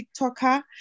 TikToker